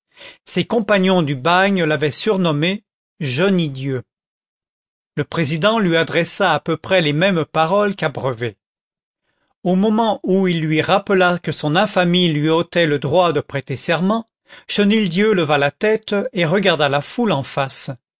ses compagnons du bagne l'avaient surnommé je nie dieu le président lui adressa à peu près les mêmes paroles qu'à brevet au moment où il lui rappela que son infamie lui ôtait le droit de prêter serment chenildieu leva la tête et regarda la foule en face